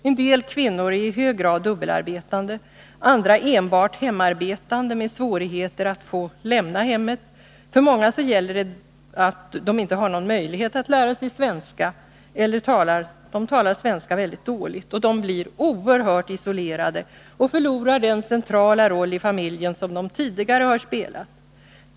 En del kvinnor är i hög grad dubbelarbetande, andra enbart hemarbetande med svårigheter att få lämna hemmet. För många gäller att de inte har någon möjlighet att lära sig svenska eller talar svenska mycket dåligt. De blir oerhört isolerade och förlorar den centrala roll i familjen som de tidigare har spelat.